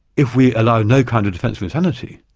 if we allow no kind of defence of insanity,